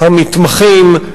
המתמחים,